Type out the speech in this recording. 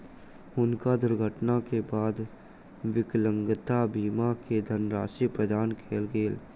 हुनका दुर्घटना के बाद विकलांगता बीमा के धनराशि प्रदान कयल गेल